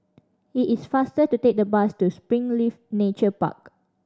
it is faster to take the bus to Springleaf Nature Park